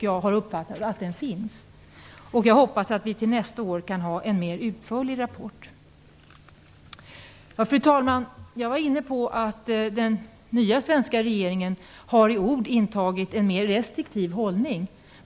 Jag har uppfattat att det finns en skillnad. Jag hoppas att vi till nästa år har en mer utförlig rapport. Fru talman! Som jag sade har den nya svenska regeringen i ord intagit en mer restriktiv hållning.